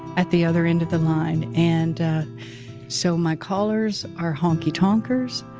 at the other end of the line. and so my callers are honky tonkers.